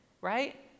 right